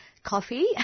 coffee